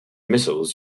missiles